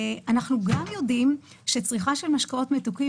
אנחנו גם יודעים שצריכה של משקאות מתוקים